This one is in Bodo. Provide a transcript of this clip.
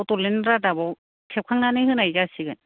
बड'लेण्ड रादाबाव सेबखांनानै होनाय जासिगोन